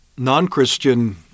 Non-Christian